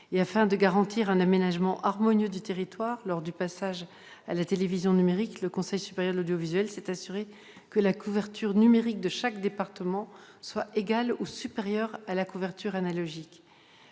Afin de garantir un aménagement harmonieux du territoire lors du passage à la télévision numérique, le Conseil supérieur de l'audiovisuel s'est assuré que la couverture numérique de chaque département serait égale ou supérieure à la couverture analogique.